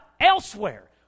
elsewhere